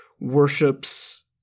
worships